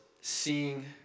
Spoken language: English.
seeing